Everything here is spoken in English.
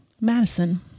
Madison